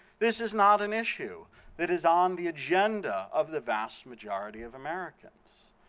this is not an issue that is on the agenda of the vast majority of americans.